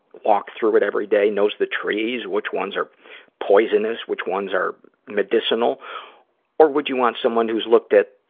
walked through it every day and knows the trees, which ones are poisonous, which ones are medicinal or would you want someone who's looked at,